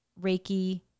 Reiki